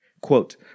Quote